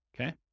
okay